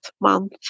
month